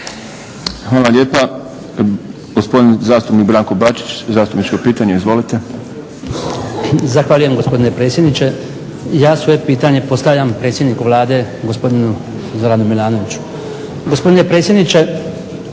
Hvala lijepa. Gospodin zastupnik Branko Bačić postavlja zastupničko pitanje. Izvolite. **Bačić, Branko (HDZ)** Zahvaljujem gospodine predsjedniče. Ja svoje pitanje postavljam predsjedniku Vlade gospodinu Zoranu Milanoviću.